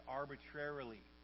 arbitrarily